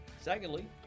Secondly